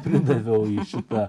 pridaviau į upę